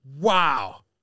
wow